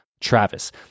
Travis